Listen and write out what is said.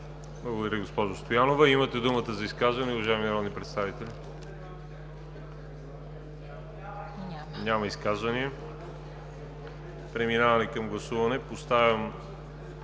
Благодаря, госпожо Стоянова. Имате думата за изказване, уважаеми народни представители. Няма изказвания. Поставям на гласуване предложение